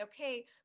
Okay